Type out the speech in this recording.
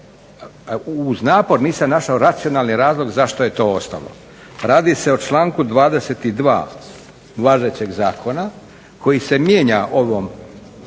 uz napor nisam našao racionalni razlog zašto je to ostalo. Radi se o članku 22. važećeg zakona koji se mijenja ovom